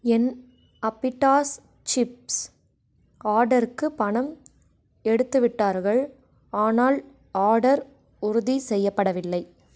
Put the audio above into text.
என் அப்பிடாஸ் சிப்ஸ் ஆர்டருக்கு பணம் எடுத்துவிட்டார்கள் ஆனால் ஆர்டர் உறுதி செய்யப்படவில்லை